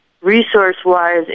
resource-wise